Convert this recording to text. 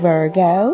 Virgo